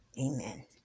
amen